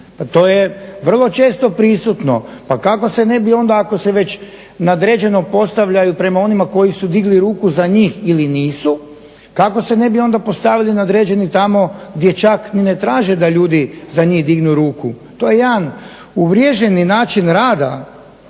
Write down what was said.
to je vrlo često prisutno, pa kako se ne bi onda ako se već nadređenom postavljaju prema onima koji su digli ruku za njih ili nisu, kako se onda ne bi postavili nadređeni tamo, dječak ni ne traže da ljudi za njih dignu ruku. To je jedan uvriježeni način rada,